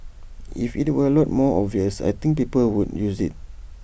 if IT were A lot more obvious I think people would use IT